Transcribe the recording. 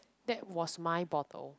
that was my bottle